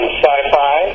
Sci-Fi